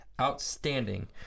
Outstanding